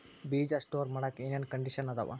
ಬೇಜ ಸ್ಟೋರ್ ಮಾಡಾಕ್ ಏನೇನ್ ಕಂಡಿಷನ್ ಅದಾವ?